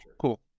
Cool